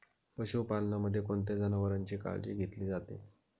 पशुपालनामध्ये कोणत्या जनावरांची काळजी घेतली जाते?